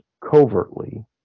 Covertly